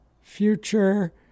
future